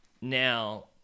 now